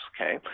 okay